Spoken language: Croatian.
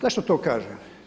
Zašto to kažem?